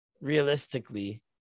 realistically